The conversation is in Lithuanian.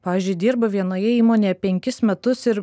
pavyzdžiui dirba vienoje įmonėje penkis metus ir